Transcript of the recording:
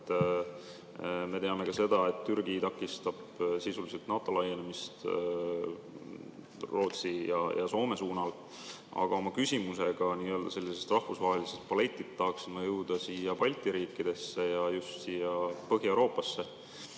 Me teame ka seda, et Türgi takistab sisuliselt NATO laienemist Rootsi ja Soome suunal. Aga oma küsimusega nii-öelda sellelt rahvusvaheliselt paletilt tahaksin ma jõuda siia Balti riikidesse ja just Põhja-Euroopasse.